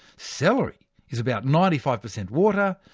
celery is about ninety five per cent water,